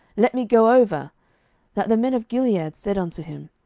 let me go over that the men of gilead said unto him,